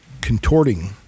contorting